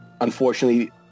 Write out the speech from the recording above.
Unfortunately